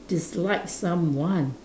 dislike someone